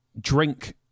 drink